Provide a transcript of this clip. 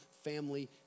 family